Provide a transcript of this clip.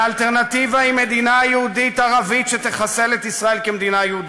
והאלטרנטיבה היא מדינה יהודית-ערבית שתחסל את ישראל כמדינה יהודית.